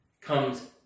comes